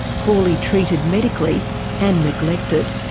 poorly treated medically and neglected.